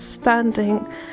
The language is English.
standing